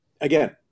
Again